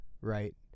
right